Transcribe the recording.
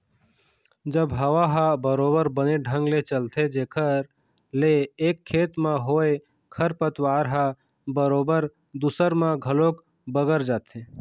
जब हवा ह बरोबर बने ढंग ले चलथे जेखर ले एक खेत म होय खरपतवार ह बरोबर दूसर म घलोक बगर जाथे